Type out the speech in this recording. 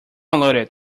allotted